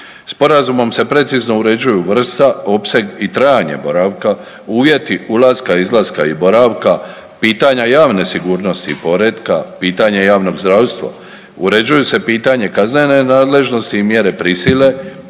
Sporazumom se precizno uređuju vrsta, opseg i trajanje boravka, uvjeti ulaska, izlaska i boravka, pitanja javne sigurnosti poretka, pitanje javnog zdravstva, uređuju se pitanje kaznene nadležnosti i mjere prisile,